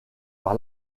par